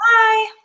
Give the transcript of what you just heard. Bye